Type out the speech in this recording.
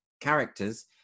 characters